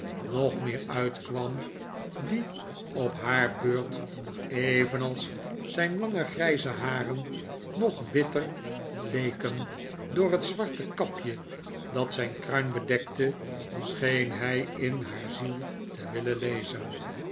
nog meer uitkwam die op haar beurt evenals zijn lange grijze haren nog witter leken door het zwarte kapje dat zijn kruin bedekte scheen hij in haar ziel te willen lezen